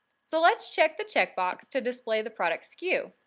so let's check the checkbox to display the product sku.